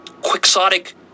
quixotic